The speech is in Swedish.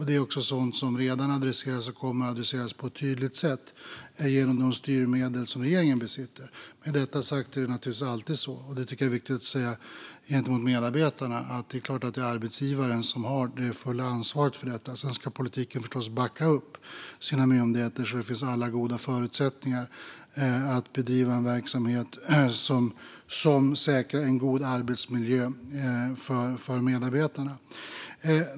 Det är också sådant som redan adresseras och kommer att adresseras på ett tydligt sätt genom de styrmedel som regeringen besitter. Med detta sagt är det naturligtvis alltid så - det tycker jag är viktigt att säga gentemot medarbetarna - att arbetsgivaren har det fulla ansvaret för detta. Sedan ska politiken förstås backa upp sina myndigheter så att det finns goda förutsättningar att bedriva en verksamhet som säkrar en god arbetsmiljö för medarbetarna.